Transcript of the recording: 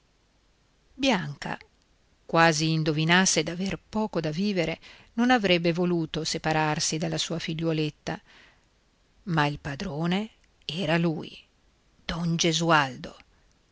bianca quasi indovinasse d'aver poco da vivere non avrebbe voluto separarsi dalla sua figliuoletta ma il padrone era lui don gesualdo